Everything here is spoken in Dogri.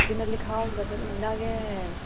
जि'न्ना लिखे दा होंदा ते उ'न्ना गैऽ